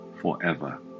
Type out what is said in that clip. forever